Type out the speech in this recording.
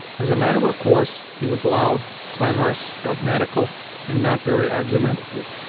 as a matter of course, he was loud, clamorous, dogmatical and not very argumentative.